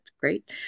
great